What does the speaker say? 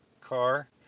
car